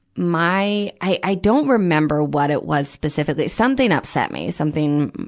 my, i, i don't remember what it was specifically, something upset me. something,